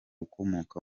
ukomoka